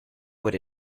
what